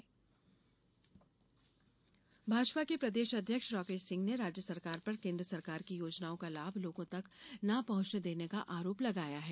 भाजपा आंदोलन भाजपा के प्रदेश अध्यक्ष राकेश सिंह ने राज्य सरकार पर केन्द्र सरकार की योजनाओं का लाभ लोगों तक न पहॅचने देने का आरोप लगाया है